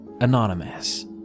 Anonymous